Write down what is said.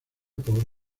por